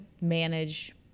manage